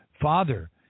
Father